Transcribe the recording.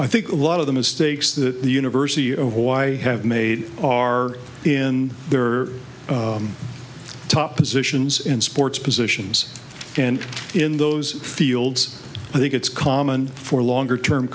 i think a lot of the mistakes that the university of hawaii have made are in their top positions in sports positions and in those fields i think it's common for longer term